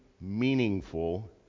meaningful